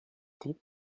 did